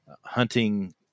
hunting